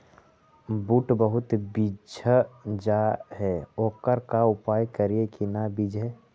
बुट बहुत बिजझ जा हे ओकर का उपाय करियै कि न बिजझे?